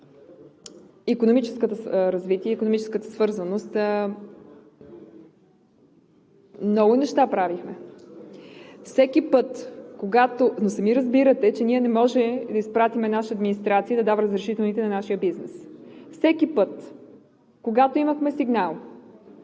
икономическото развитие и икономическата свързаност – много неща правихме. Сами разбирате, че ние не можем да изпратим наша администрация, която да дава разрешителните на нашия бизнес. Всеки път, когато имахме сигнал